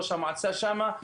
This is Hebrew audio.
ראש המועצה שם.